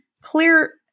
clear